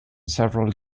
several